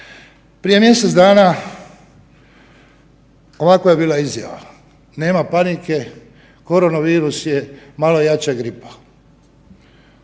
Prije mjesec dana ovakva je bila izjava, nema panike, korona virus je malo jača gripa,